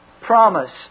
promise